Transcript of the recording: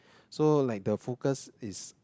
so like the focus is